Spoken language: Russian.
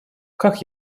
как